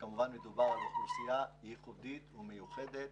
כמובן שמדובר על אוכלוסייה ייחודית ומיוחדת.